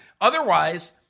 Otherwise